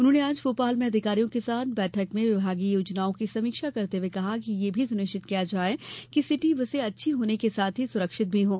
उन्होंने आज भोपाल में अधिकारियों के साथ बैठक में विभागीय योजनाओं की समीक्षा करते हुए कहा कि यह भी सुनिश्चित किया जाये कि सिटी बसें अच्छी होने के साथ ही सुरक्षित भी हों